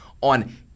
on